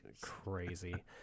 crazy